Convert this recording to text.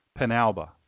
Penalba